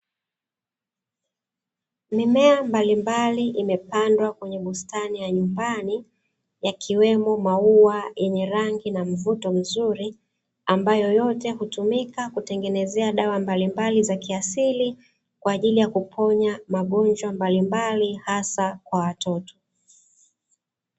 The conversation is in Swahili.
Mimea mbalimbali imepandwa kwenye bustani ya nyumbani ,yakiwemo maua yenye rangi na mvuto mzuri, ambayo yote hutumika kutengeneza dawa mbalimbali za kiasili, kwa ajili ya kuponya magonjwa mbalimbali hasa kwa watoto.